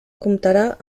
comptarà